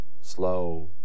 slow